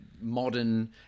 modern